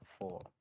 four